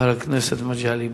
חבר הכנסת מגלי והבה.